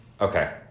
Okay